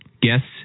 guests